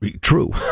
True